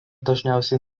dažniausiai